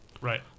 Right